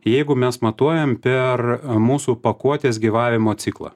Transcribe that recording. jeigu mes matuojam per mūsų pakuotės gyvavimo ciklą